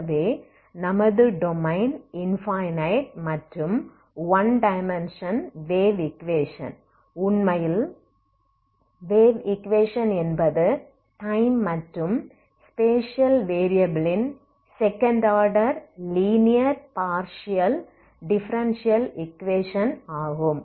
ஆகவே நமது domain infinite மற்றும் ஒன் டைமென்ஷன் வேவ் ஈக்வேஷன் உண்மையில் வேவ் ஈக்வேஷன் என்பது டைம் மற்றும் ஸ்பேஷியல் வேரியபிலின் second order linear partial differential equation ஆகும்